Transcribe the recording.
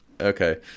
Okay